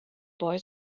boy